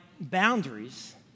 boundaries